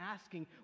asking